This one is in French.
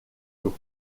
tôt